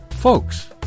Folks